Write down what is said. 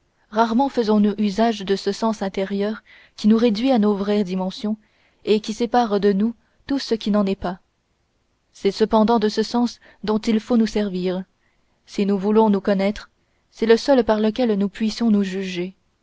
rarement faisons-nous usage de ce sens intérieur qui nous réduit à nos vraies dimensions et qui sépare de nous tout ce qui n'en est pas c'est cependant de ce sens dont il faut nous servir si nous voulons nous connaître c'est le seul par lequel nous puissions nous juger